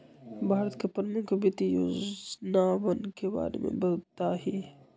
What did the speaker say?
भारत के प्रमुख वित्त योजनावन के बारे में बताहीं